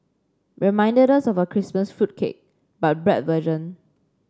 reminded us of a Christmas fruit cake but bread version